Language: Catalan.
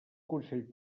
consell